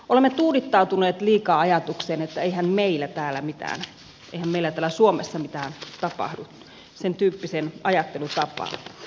olemme tuudittautuneet liikaa ajatukseen että eihän meillä täällä suomessa mitään tapahdu sen tyyppiseen ajattelutapaan